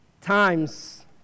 times